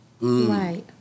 Right